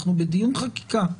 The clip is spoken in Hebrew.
אנחנו בדיון חקיקה.